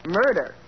murder